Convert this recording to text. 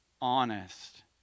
honest